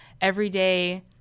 everyday